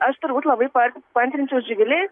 aš turbūt labai paan paantrinčiau živilei